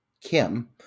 Kim